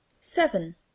seven